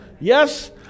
Yes